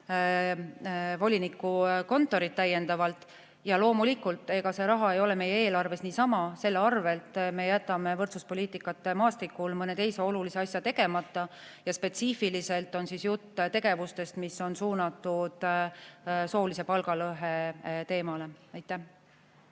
volinikukontorit täiendavalt. Loomulikult, ega see raha ei ole meie eelarves niisama, selle arvelt me jätame võrdsuspoliitikate maastikul mõne teise olulise asja tegemata. Spetsiifiliselt on jutt tegevustest, mis on suunatud soolise palgalõhe teemale. Viktor